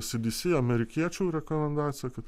cdc amerikiečių rekomendacija kad